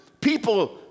people